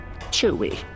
Chewy